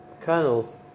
kernels